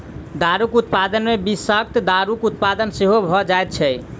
दारूक उत्पादन मे विषाक्त दारूक उत्पादन सेहो भ जाइत छै